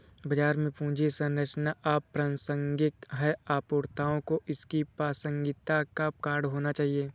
बाजार में पूंजी संरचना अप्रासंगिक है, अपूर्णताओं को इसकी प्रासंगिकता का कारण होना चाहिए